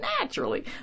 Naturally